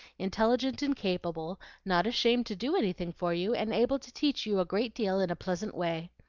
intelligent and capable not ashamed to do anything for you, and able to teach you a great deal in a pleasant way.